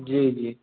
जी जी